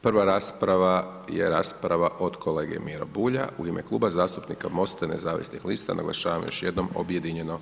Prva rasprava je rasprava od kolege Miro Bulja u ime Kluba zastupnika MOST-a nezavisnih lista, naglašavam još jednom objedinjeno.